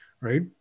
right